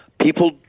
People